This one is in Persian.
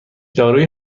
دارویی